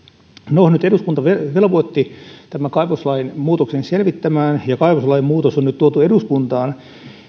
no nyt eduskunta velvoitti tämän kaivoslain muutoksen selvittämään ja kaivoslain muutos on nyt tuotu eduskuntaan